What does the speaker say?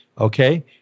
Okay